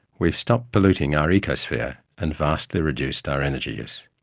we've stopped polluting our ecosphere and vastly reduced our energy use.